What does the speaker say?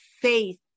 faith